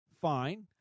fine